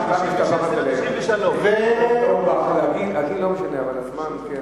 חבר הכנסת אורבך, הגיל לא משנה, אבל הזמן כן.